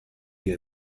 dir